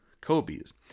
Kobe's